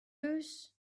eus